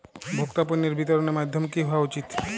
ভোক্তা পণ্যের বিতরণের মাধ্যম কী হওয়া উচিৎ?